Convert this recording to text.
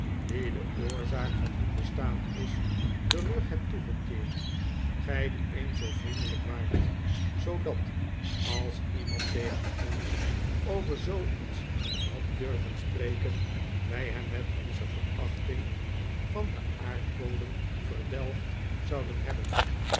die de oorzaak van hun bestaan is den rug hebt toegekeerd gij die eens zoo vriendelijk waart zoodat als iemand tegen ons over zooiets had durven spreken wij hem met onze verachting van den aardbodem verdelgd louden hebben